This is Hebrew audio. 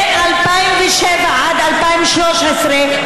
מ-2007 עד 2013,